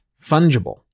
fungible